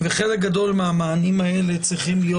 -- וחלק גדול מהמענים האלה צריכים להיות